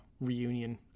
reunion